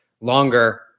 longer